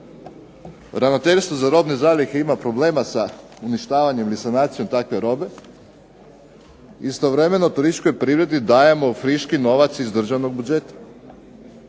ravnateljstvo za robne zalihe ima probleme sa uništavanjem ili sanacijom takve robe, istovremeno turističkoj privredi dajemo friški novac iz državnog budžeta,